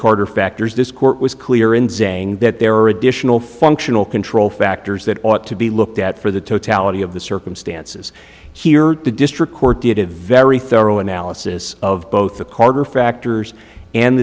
quarter factors this court was clear in saying that there are additional functional control factors that ought to be looked at for the totality of the circumstances here the district court did a very thorough analysis of both the carter factors and